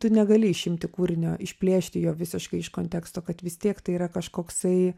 tu negali išimti kūrinio išplėšti jo visiškai iš konteksto kad vis tiek tai yra kažkoksai